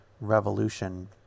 revolution